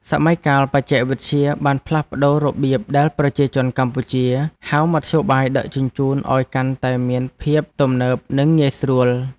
សម័យកាលបច្ចេកវិទ្យាបានផ្លាស់ប្តូររបៀបដែលប្រជាជនកម្ពុជាហៅមធ្យោបាយដឹកជញ្ជូនឱ្យកាន់តែមានភាពទំនើបនិងងាយស្រួល។